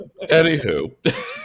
Anywho